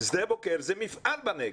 שדה בוקר זה מפעל בנגב.